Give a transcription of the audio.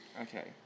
Okay